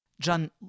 John